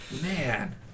Man